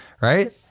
right